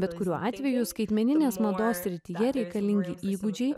bet kuriuo atveju skaitmeninės mados srityje reikalingi įgūdžiai